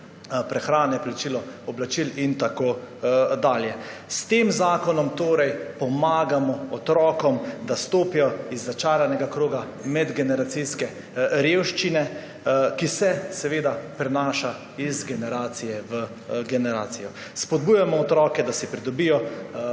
prehrane, plačilo oblačil in tako dalje. S tem zakonom torej pomagamo otrokom, da stopijo iz začaranega kroga medgeneracijske revščine, ki se seveda prenaša iz generacije v generacijo. Spodbujamo otroke, da pridobijo